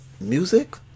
music